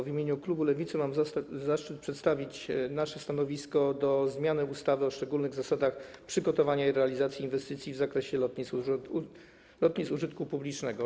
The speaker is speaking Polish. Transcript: W imieniu klubu Lewicy mam zaszczyt przedstawić nasze stanowisko wobec projektu zmiany ustawy o szczególnych zasadach przygotowania i realizacji inwestycji w zakresie lotnisk użytku publicznego.